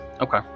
Okay